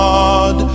God